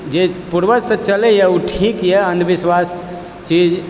जे पुर्वजसँ चलयए ओ ठीक यऽ अन्धविश्वास चीज